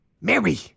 Mary